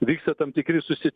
vyksta tam tikri susi